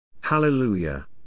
Hallelujah